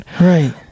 Right